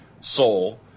soul